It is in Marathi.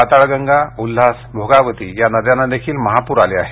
पाताळगंगा उल्हास भोगावती या नद्यांना देखील महापूर आले आहेत